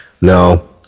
no